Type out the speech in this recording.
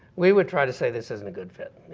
we would try to say, this isn't a good fit.